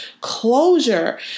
closure